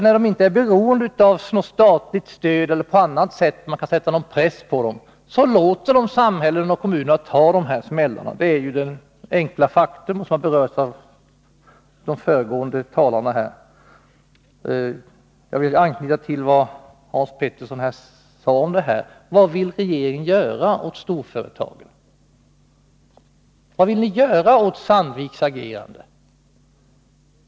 När de inte är beroende av något statligt stöd eller på annat sätt är beroende av staten så att man kan sätta press på dem, låter de samhället och kommunerna ta de här smällarna. Det är ju det enkla faktum som berörts av föregående talare här. Jag vill anknyta till vad Hans Petersson i Hallstahammar sade. Vad vill regeringen göra åt storföretagen? Vad vill ni göra åt Sandviks agerande?